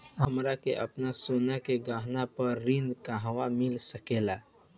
हमरा के आपन सोना के गहना पर ऋण कहवा मिल सकेला?